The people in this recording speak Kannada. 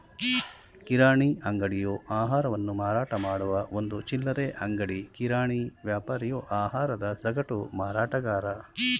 ಕಿರಾಣಿ ಅಂಗಡಿಯು ಆಹಾರವನ್ನು ಮಾರಾಟಮಾಡುವ ಒಂದು ಚಿಲ್ಲರೆ ಅಂಗಡಿ ಕಿರಾಣಿ ವ್ಯಾಪಾರಿಯು ಆಹಾರದ ಸಗಟು ಮಾರಾಟಗಾರ